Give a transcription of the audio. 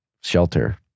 shelter